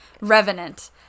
Revenant